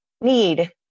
need